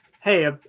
Hey